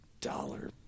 dollar